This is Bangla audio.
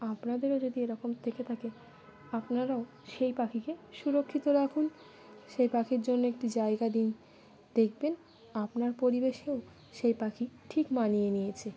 আপনাদেরও যদি এরকম থেকে থাকে আপনারাও সেই পাখিকে সুরক্ষিত রাখুন সেই পাখির জন্য একটি জায়গা দিন দেখবেন আপনার পরিবেশেও সেই পাখি ঠিক মানিয়ে নিয়েছে